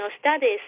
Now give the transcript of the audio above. studies